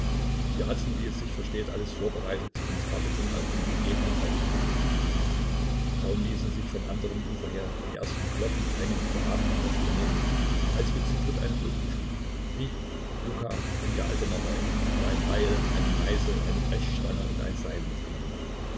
wir hatten wie es sich versteht alles vorbereitet und warteten auf den gegebenen augenblick kaum ließen sich vom anderen ufer her die ersten glockenklänge zur abendmesse vernehmen als wir zu dritt ein boot bestiegen ich luka und der alte maroi der ein beil einen meißel eine brechstange und ein seil mitgenommen hatte